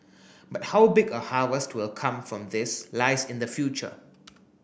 but how big a harvest will come from this lies in the future